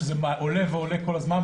שזה עולה ועולה כל הזמן,